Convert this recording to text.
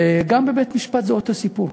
וגם בבית-משפט זה אותו סיפור.